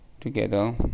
together